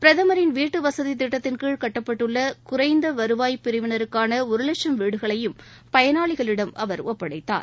பிரதமின் வீட்டுவசதி திட்டத்தின் கீழ் கட்டப்பட்டுள்ள குறைந்த வருவாய் பிரிவினர்ககான ஒரு லட்சம் வீடுகளையும் பயனாளிகளிடம் அவர் ஒப்படைத்தார்